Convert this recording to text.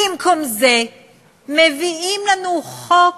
במקום זה מביאים לנו חוק